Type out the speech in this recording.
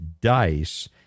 Dice